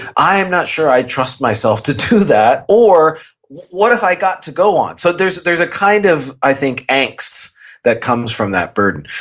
i am not sure i trust myself to do that or what if i got to go on. so there's there's ah kind of i think angst that comes from that burden.